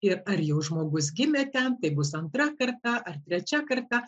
ir ar jau žmogus gimė ten tai bus antra karta ar trečia karta